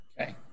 Okay